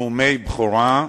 נאומי בכורה.